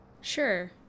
Sure